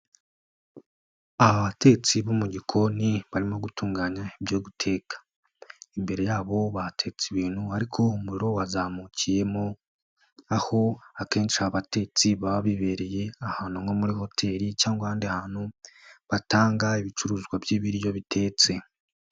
Aba batetsi bo mu gikoni barimo gutunganya ibyo guteka. Imbere yabo bahatetse ibintu ariko umuriro wazamukiyemo, aho akenshi aba batetsi baba bibereye ahantu nko muri hoteli cyangwa ahandi hantu, batanga ibicuruzwa by'ibiryo bitetse.